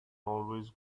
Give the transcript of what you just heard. always